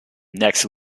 next